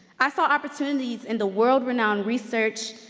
i saw opportunities in the world renowned research,